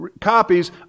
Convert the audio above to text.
copies